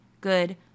good